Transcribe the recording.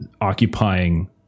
occupying